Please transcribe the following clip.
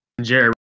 Jerry